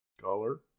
color